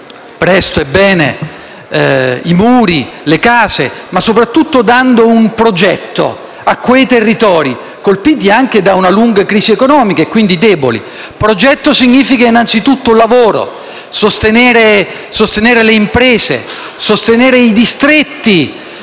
presto e bene, i muri, le case; la vinceremo soprattutto dando un progetto a quei territori colpiti anche da una lunga crisi economica, e quindi deboli. Progetto significa innanzi tutto lavoro, sostenere le imprese, sostenere i distretti